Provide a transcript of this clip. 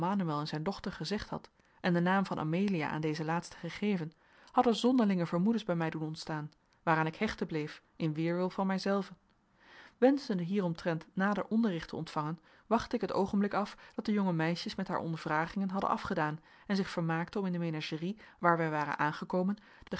manoël en zijn dochter gezegd had en de naam van amelia aan deze laatste gegeven hadden zonderlinge vermoedens bij mij doen ontstaan waaraan ik hechten bleef in weerwil van mijzelven wenschende hieromtrent nader onderricht te ontvangen wachtte ik het oogenblik af dat de jonge meisjes met haar ondervragingen hadden afgedaan en zich vermaakten om in de menagerie waar wij waren aangekomen